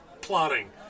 plotting